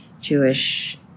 Jewish